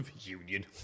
Union